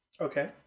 Okay